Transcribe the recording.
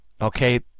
Okay